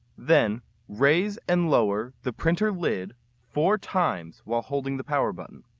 then raise and lower the printer lid four times while holding the power button.